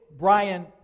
Brian